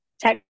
tech